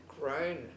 grown